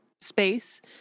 space